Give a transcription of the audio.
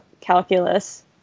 calculus